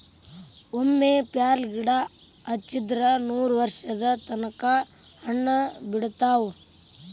ಒಮ್ಮೆ ಪ್ಯಾರ್ಲಗಿಡಾ ಹಚ್ಚಿದ್ರ ನೂರವರ್ಷದ ತನಕಾ ಹಣ್ಣ ಬಿಡತಾವ